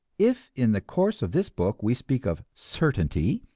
if in the course of this book we speak of certainty,